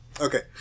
Okay